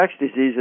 diseases